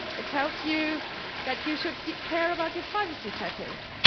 it tells you that you should care about your privacy settings.